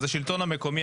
אז השלטון המקומי,